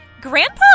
Grandpa